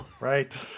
Right